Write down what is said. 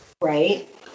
right